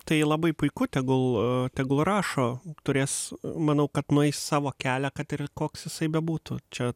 tai labai puiku tegul tegul rašo turės manau kad nueis savo kelią kad ir koks jisai bebūtų čia